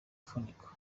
gifuniko